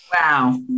wow